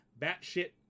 batshit